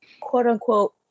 quote-unquote